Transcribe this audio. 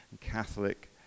Catholic